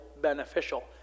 beneficial